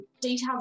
details